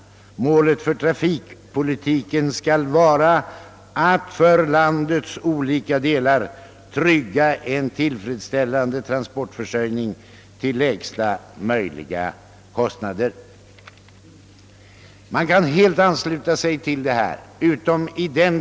Målet för trafikpolitiken skall vara att för landets olika delar trygga en tillfredsställande transportförsörjning till lägsta möjliga kostnader.» Till detta kan jag helt ansluta mig.